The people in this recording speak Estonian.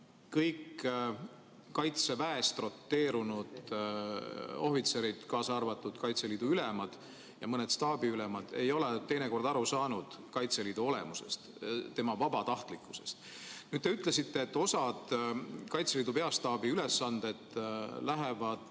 Kaitseväest roteerunud ohvitserid, kaasa arvatud Kaitseliidu ülemad ja mõned staabiülemad, ei ole kõik teinekord aru saanud Kaitseliidu olemusest, selle vabatahtlikkusest. Nüüd te ütlesite, et osa Kaitseliidu peastaabi ülesandeid läheb